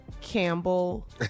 Campbell